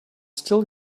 still